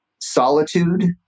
solitude